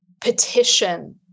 petition